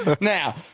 now